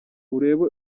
urebe